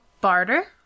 barter